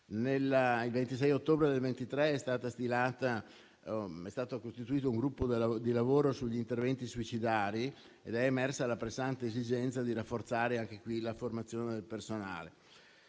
Il 26 ottobre 2023 è stato costituito un gruppo di lavoro sugli interventi suicidari ed è emersa la pressante esigenza di rafforzare, anche qui, la formazione del personale.